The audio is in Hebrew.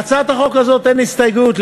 להצעת החוק הזאת אין הסתייגויות.